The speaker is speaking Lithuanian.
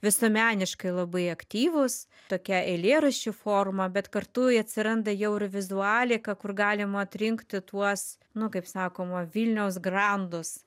visuomeniškai labai aktyvūs tokia eilėraščių forma bet kartu atsiranda jau ir vizualika kur galima atrinkti tuos nu kaip sakoma vilniaus grandus